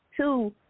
Two